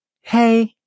hey